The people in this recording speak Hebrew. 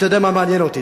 אתה יודע מה מעניין אותי,